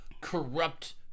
corrupt